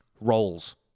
roles